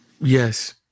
Yes